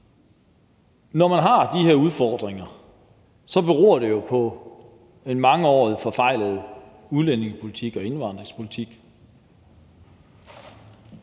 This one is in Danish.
Når man har de her udfordringer, beror det jo på en mangeårig forfejlet udlændingepolitik og indvandringspolitik,